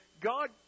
God